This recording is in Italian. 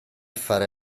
fare